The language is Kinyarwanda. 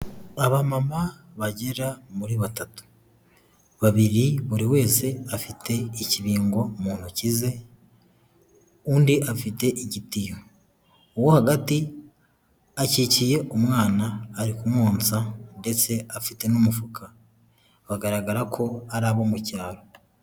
Abamama bagera muri batatu. Babiri buri wese afite ikibingo mu ntoki ze, undi afite igitiyo. Uwo hagati akikiye umwana arikumwosa ndetse afite n'umufuka bagaragara ko ari abo mu cyaro.